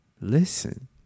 Listen